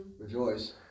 Rejoice